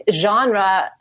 genre